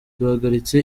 duhagaritse